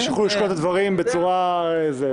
שיוכלו לשקול את הדברים בצורה שקולה.